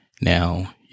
Now